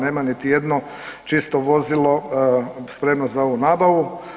Nema niti jedno čisto vozilo spremno za ovu nabavu.